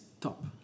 top